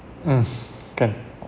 can